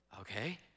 okay